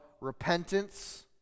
repentance